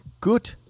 good